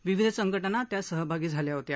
विविध संघटना त्यात सहभागी झाल्या होत्या